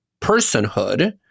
personhood